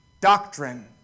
doctrine